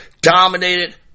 dominated